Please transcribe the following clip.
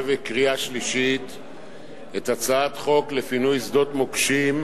וקריאה שלישית את הצעת חוק לפינוי שדות מוקשים,